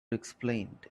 explained